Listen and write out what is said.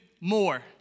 more